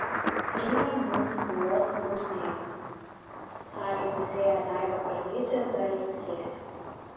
stringa mūsų bylos nagrinėjimas sakė teisėja daiva pranytė zalieckienė